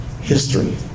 history